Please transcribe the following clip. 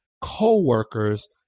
co-workers